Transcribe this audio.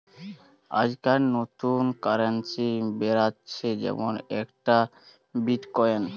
আজকাল নতুন কারেন্সি বেরাচ্ছে যেমন একটা বিটকয়েন